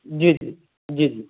جی جی جی جی